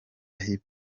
hip